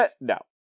No